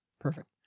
Perfect